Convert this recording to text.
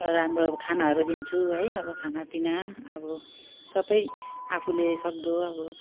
राम्रो अब खानाहरू दिन्छु है अब खानापिना अब सबै आफूले सक्दो अब